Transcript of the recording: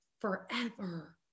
forever